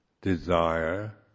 desire